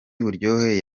buryohe